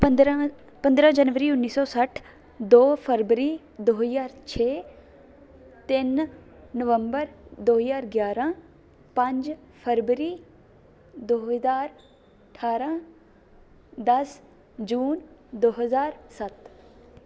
ਪੰਦਰ੍ਹਾਂ ਪੰਦਰ੍ਹਾਂ ਜਨਵਰੀ ਉੱਨੀ ਸੌ ਸੱਠ ਦੋ ਫਰਵਰੀ ਦੋ ਹਜ਼ਾਰ ਛੇ ਤਿੰਨ ਨਵੰਬਰ ਦੋ ਹਜ਼ਾਰ ਗਿਆਰ੍ਹਾਂ ਪੰਜ ਫਰਵਰੀ ਦੋ ਹਜ਼ਾਰ ਅਠਾਰ੍ਹਾਂ ਦਸ ਜੂਨ ਦੋ ਹਜ਼ਾਰ ਸੱਤ